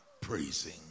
praising